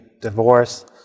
divorce